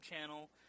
channel